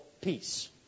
peace